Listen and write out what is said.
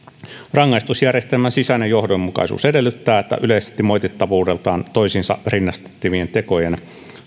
rangaistusjärjestelmän sisäinen johdonmukaisuus edellyttää että yleisesti moitittavuudeltaan toisiinsa rinnastettavien tekojen